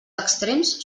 extrems